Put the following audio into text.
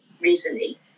recently